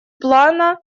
плана